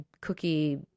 cookie